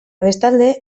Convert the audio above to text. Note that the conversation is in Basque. bestalde